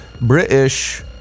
British